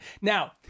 now